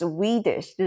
Swedish